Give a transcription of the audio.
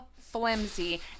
flimsy